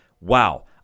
wow